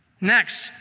Next